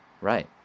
Right